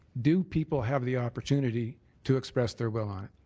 do people have the opportunity to express their will on it?